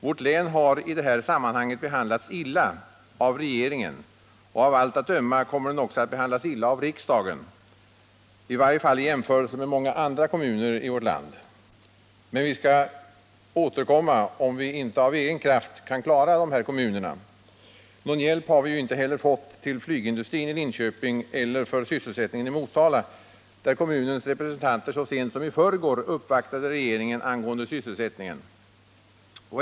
Vårt län har i det här sammanhanget behandlats illa av regeringen — och av allt att döma kommer det också att behandlas illa av riksdagen, i varje fall i jämförelse med många andra kommuner i vårt land. Men vi skall återkomma, om vi inte av egen kraft kan klara de här kommunerna. Någon hjälp har vi ju inte heller fått till flygindustrin i Linköping eller när det gäller sysselsättningen i Motala, där kommunens representanter så sent som i förrgår uppvaktade regeringen angående sysselsättningen.